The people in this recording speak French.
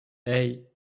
hey